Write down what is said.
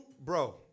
Bro